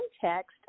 context